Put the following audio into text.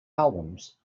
albums